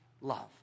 Love